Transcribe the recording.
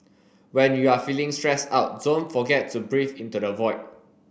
when you are feeling stressed out don't forget to breathe into the void